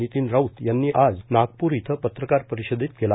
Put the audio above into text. नितीन राऊत यांनी आज नागपूर इथं पत्रकार परिषदेत केला